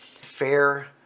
fair